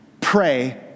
pray